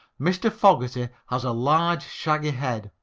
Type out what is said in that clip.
mr. fogerty has a large, shaggy head,